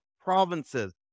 provinces